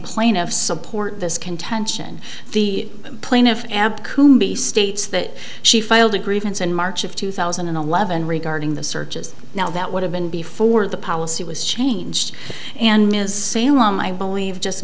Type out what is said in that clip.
of support this contention the plaintiff ab kumi states that she filed a grievance in march of two thousand and eleven regarding the searches now that would have been before the policy was changed and ms salem i believe just